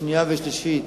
שנייה ושלישית